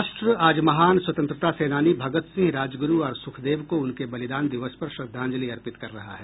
राष्ट्र आज महान स्वतंत्रता सेनानी भगत सिंह राजगुरू और सुखदेव को उनके बलिदान दिवस पर श्रद्धांजलि अर्पित कर रहा है